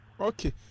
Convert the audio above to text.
Okay